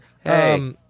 Hey